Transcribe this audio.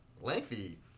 Lengthy